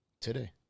today